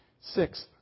Sixth